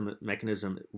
mechanism